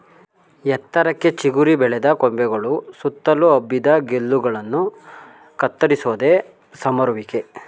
ಎತ್ತರಕ್ಕೆ ಚಿಗುರಿ ಬೆಳೆದ ಕೊಂಬೆಗಳು ಸುತ್ತಲು ಹಬ್ಬಿದ ಗೆಲ್ಲುಗಳನ್ನ ಕತ್ತರಿಸೋದೆ ಸಮರುವಿಕೆ